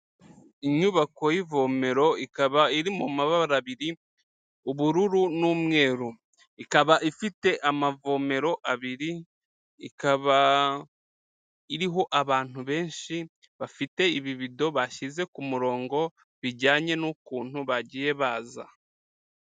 Inyubako y'ivomero ikaba iri mu mabara abiri, ubururu n'umweru, ikaba ifite amavomero abiri, ikaba iriho abantu benshi bafite ibibido bashyize ku murongo, bijyanye n'ukuntu bagiye baza.